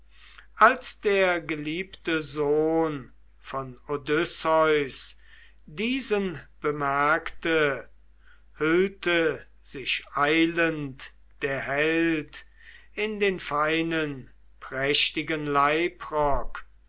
als der geliebte sohn von odysseus diesen bemerkte hüllte sich eilend der held in den feinen prächtigen leibrock